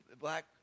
black